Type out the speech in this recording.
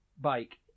bike